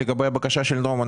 לגבי הבקשה של נעם,